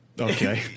Okay